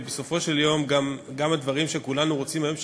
ובסופו של יום גם הדברים שכולנו רוצים היום שיקרו,